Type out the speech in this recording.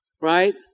Right